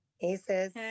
Aces